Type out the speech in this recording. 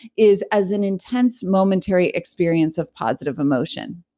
is as an intense momentary experience of positive emotion.